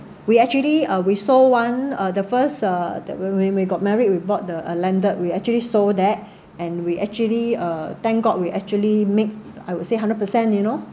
we actually uh we sold one uh the first uh that when when we got married we bought the uh landed we actually sold that and we actually uh thank god we actually make I would say hundred percent you know